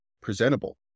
presentable